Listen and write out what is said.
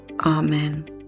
Amen